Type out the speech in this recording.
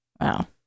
Wow